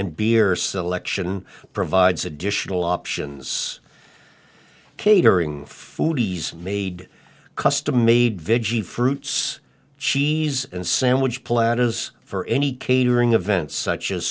and beer selection provides additional options catering foodies made custom made veggie fruits cheese and sandwich platters for any catering event such as